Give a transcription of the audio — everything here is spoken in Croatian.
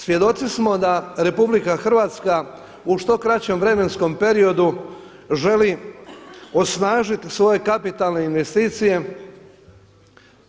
Svjedoci smo da RH u što kraćem vremenskom periodu želi osnažiti svoje kapitalne investicije,